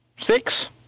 six